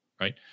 right